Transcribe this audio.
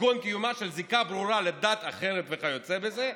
כגון קיומה של זיקה ברורה לדת אחרת וכיוצא בזה,